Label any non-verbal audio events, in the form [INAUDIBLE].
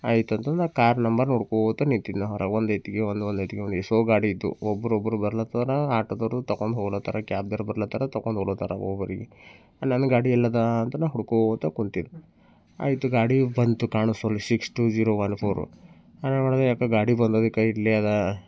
ಆಯ್ತು ಅಂತ ಅಂದು ನಾನು ಕಾರ್ ನಂಬರ್ ನೋಡ್ಕೊಳ್ತಾ ನಿಂತಿದ್ದೆನ ಹೊರಗೆ [UNINTELLIGIBLE] ಎಷ್ಟೋ ಗಾಡಿ ಇತ್ತು ಒಬ್ಬರು ಒಬ್ಬರು ಬರ್ಲಾತ್ತಾರ ಆಟೋದವರು ತಗೊಂಡು ಹೋಗ್ಲಾತ್ತಾರ ಕ್ಯಾಬ್ದವರು ಬರ್ಲಾತ್ತಾರ ತಗೊಂಡು ಹೋಗ್ಲಾತ್ತಾರ ಹೋಗೋರಿಗೆ ನನ್ನ ಗಾಡಿ ಎಲ್ಲಿದೆ ಅಂತ ನ ಹುಡ್ಕೊಳ್ತಾ ಕುಂತಿದ್ದು ಆಯಿತು ಗಾಡಿ ಬಂತು ಕಾಣಿಸ್ಲೋ six two zero one four ನಾನು ಏನು ಮಾಡಿದೆ ಏಕೋ ಗಾಡಿ ಬಂದಿದ ಕೈ ಹಿಡ್ಲಿಯಾದ